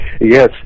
Yes